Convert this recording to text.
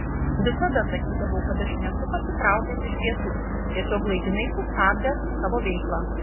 visada sakydavau kad aš nesu pasitraukęs iš pietų tiesiog laikinai sustabdęs savo veiklą